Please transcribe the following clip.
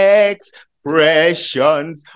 expressions